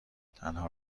تنها